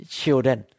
children